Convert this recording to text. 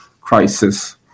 crisis